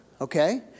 okay